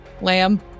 Lamb